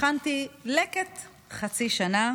הכנתי לקט חצי שנה